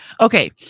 Okay